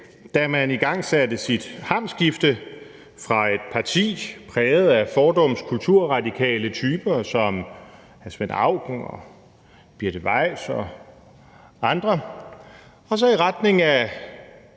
da man igangsatte sit hamskifte fra et parti præget af fordums kulturradikale typer som hr. Svend Auken, fru Birte Weiss og andre, og så i retning af